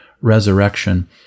resurrection